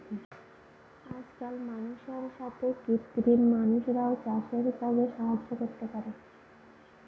আজকাল মানুষের সাথে কৃত্রিম মানুষরাও চাষের কাজে সাহায্য করতে পারে